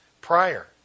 prior